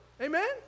Amen